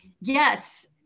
yes